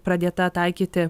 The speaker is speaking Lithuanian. pradėta taikyti